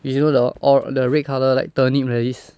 is you know the or~ the red colour like turnip like this